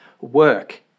work